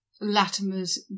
Latimer's